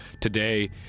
Today